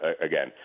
again